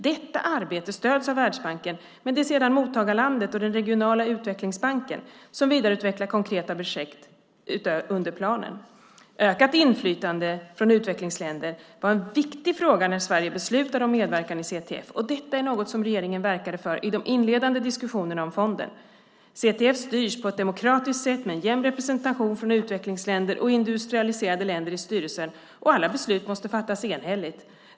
Detta arbete stöds av Världsbanken, men det är sedan mottagarlandet och den regionala utvecklingsbanken som vidareutvecklar konkreta projekt under planen. Ökat inflytande från utvecklingsländer var en viktig fråga när Sverige beslutade om medverkan i CTF, och detta var något regeringen verkade för i de inledande diskussionerna om fonden. CTF styrs på ett demokratiskt sätt med en jämn representation från utvecklingsländer och industrialiserade länder i styrelsen, och alla beslut måste fattas enhälligt.